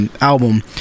album